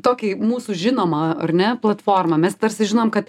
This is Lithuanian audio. tokį mūsų žinoma ar ne platformą mes tarsi žinom kad